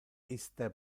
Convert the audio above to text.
iste